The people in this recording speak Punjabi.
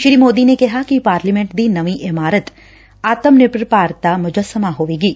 ਸ੍ਰੀ ਮੋਦੀ ਨੇ ਕਿਹਾ ਕਿ ਪਾਰਲੀਮੈਂਟ ਦੀ ਨਵੀਂ ਇਮਾਰਤ ਆਤਮ ਨਿਰਭਰ ਭਾਰਤ ਦਾ ਮੁਜੱਸਮਾ ਹੋਵੇਗੀ